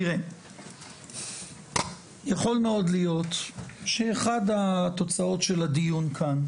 תראה יכול מאוד להיות שאחד התוצאות של הדיון כאן,